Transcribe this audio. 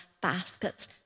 baskets